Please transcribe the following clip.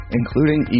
including